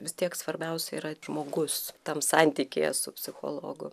vis tiek svarbiausia yra žmogus tam santykyje su psichologu